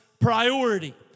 priority